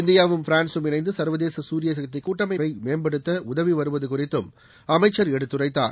இந்தியாவும் பிரான்ஸும் இணைந்து சர்வதேச சூரிய சக்தி கூட்டமைப்பை மேம்படுத்த உதவி வருவது குறித்தும் அமைச்சர் எடுத்துரைத்தார்